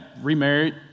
remarried